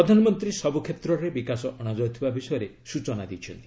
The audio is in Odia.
ପ୍ରଧାନମନ୍ତ୍ରୀ ସବୁ କ୍ଷେତ୍ରରେ ବିକାଶ ଅଶାଯାଉଥିବା ବିଷୟରେ ସୂଚନା ଦେଇଛନ୍ତି